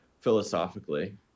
philosophically